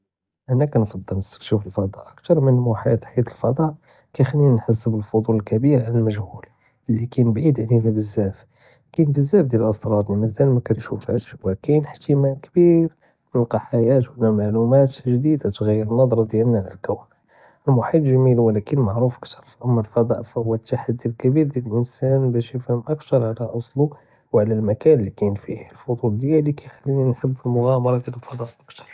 הנא כנפעל נסכשף אלפדאא אכתר מן אלמוחית חית אלפדאא כיחלינא נחהס בלאפדול אלכביר עלא אלמג'הול, אללי קאין בעיד עלינא בזאף, קאין בזאף דיאל אלאסראר אללי מאזאל מא كنשופהאוש ולקין ihtimal כביר נלקא חאיה ומעלומאת ג'דידה תגריר אלנזרה דיאלנא עלא אלקון, אלמוחית ג'מיל ולקין מערוף אכתר אמא אלפדאא פוהו אלתחדי אלכביר דיאל אלאנסאן בש יפהמ אכתר עלא אסלה ועלא אלמקן אללי קאין פי'ה אלפדול דיאלי כיחליני נהב אלמגנמרה פי אלפדאא.